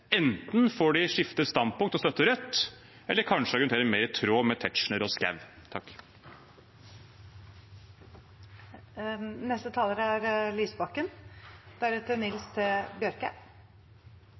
Enten får de skifte standpunkt og støtte Rødt, eller kanskje argumentere mer i tråd med Tetzschner og